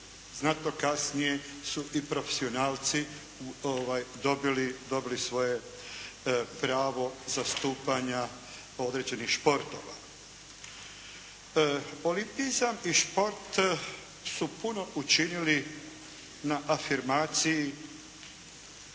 Znatno kasnije su i profesionalci dobili, dobili svoje pravo zastupanja određenih športova. Olimpizam i šport su puno učinili na afirmaciji